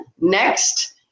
next